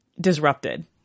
disrupted